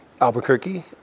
Albuquerque